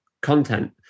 content